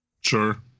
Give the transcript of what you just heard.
Sure